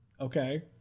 okay